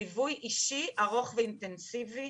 ליווי אישי ארוך ואינטנסיבי.